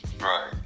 right